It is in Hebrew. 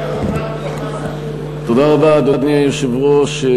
תודה רבה, אדוני היושב-ראש.